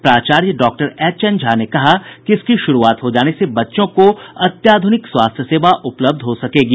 प्राचार्य doctor H N Jha ने कहा कि इसकी शुरूआत हो जाने से बच्चों को अत्याधुनिक स्वास्थ्य सेवा उपलब्ध हो सकेगी